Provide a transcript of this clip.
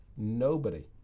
nobody.